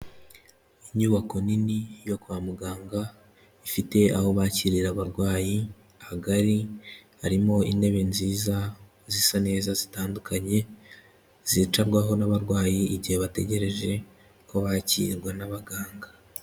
Inyubako nini yo kwa muganga, ifite aho bakirira abarwayi hagari harimo intebe nziza zisa neza zitandukanye, zicarwaho n'abarwayi igihe bategereje ko bakirwa n'abaganga.